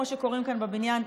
כמו שקוראים כאן בבניין,